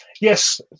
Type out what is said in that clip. Yes